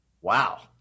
Wow